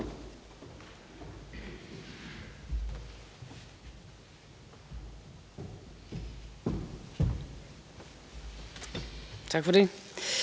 Tak for det.